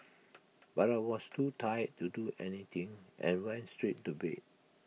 but I was too tired to do anything and went straight to bed